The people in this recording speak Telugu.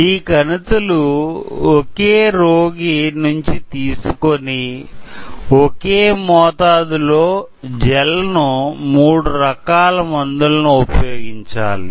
ఈ కణితులు ఒకే రోగి నుంచి తీసుకొని ఒకే మోతాదులో జెల్ ను మూడు రకాల మందులను ఉపయోగించాలి